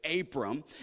Abram